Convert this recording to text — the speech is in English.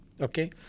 okay